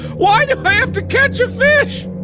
why do i have to catch a fish!